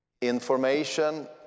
Information